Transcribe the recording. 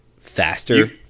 faster